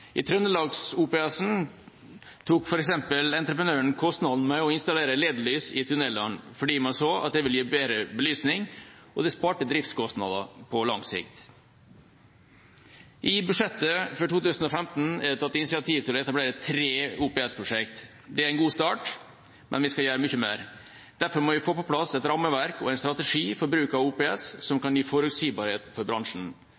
I Trøndelags-OPS-en tok f.eks. entreprenøren kostnaden med å installere LED-lys i tunnelene, fordi man så at det ville gi bedre belysning, og det sparte driftskostnader på lang sikt. I budsjettet for 2015 er det tatt initiativ til å etablere tre OPS-prosjekter. Det er en god start, men vi skal gjøre mye mer. Derfor må vi få på plass et rammeverk og en strategi for bruk av OPS som kan gi forutsigbarhet for bransjen.